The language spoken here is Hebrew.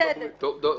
בסדר.